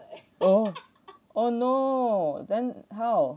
oh oh no then how